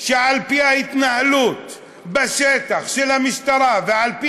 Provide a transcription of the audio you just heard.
שעל פי ההתנהלות בשטח של המשטרה ועל פי